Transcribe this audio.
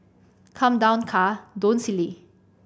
come down car don't silly